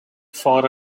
for